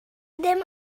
ddim